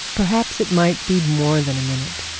perhaps it might be more than a minute.